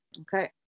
Okay